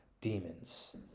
demons